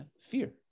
Fear